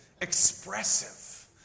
Expressive